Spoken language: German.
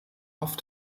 auf